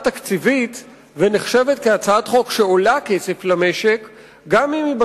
תקציבית ונחשבת הצעת חוק שעולה כסף למשק גם אם היא,